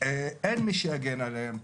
אין מי שיגן עליהם.